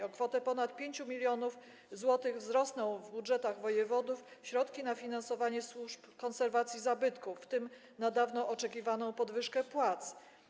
O kwotę ponad 5 mln zł wzrosną w budżetach wojewodów środki na finansowanie służb konserwacji zabytków, w tym na dawno oczekiwaną podwyżkę płac.